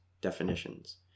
definitions